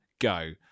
go